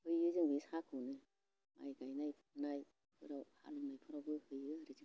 हैयो जों बे साहाखौनो माइ गायनाय फुनायफोराव हालेवनायफोरावबो हैयो आरो जों